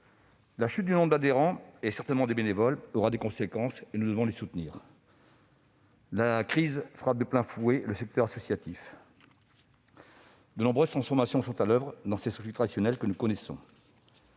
La chute du nombre d'adhérents, et certainement des bénévoles, aura des conséquences. Nous devrons les soutenir. La crise frappe de plein fouet le secteur associatif. De nombreuses transformations sont à l'oeuvre dans les structures traditionnelles. Les moyens